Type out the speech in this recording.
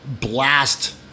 blast